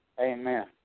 Amen